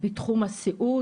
בתחום הסיעוד,